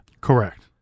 correct